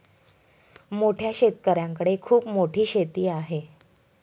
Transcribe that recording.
मोठ्या शेतकऱ्यांकडे खूप मोठी शेती आहे